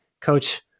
Coach